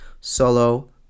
solo